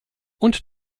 und